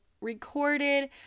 recorded